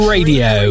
Radio